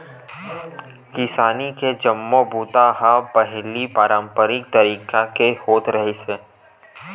किसानी के जम्मो बूता ह पहिली पारंपरिक तरीका ले होत रिहिस हे